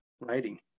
writing